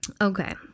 Okay